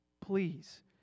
Please